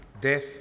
death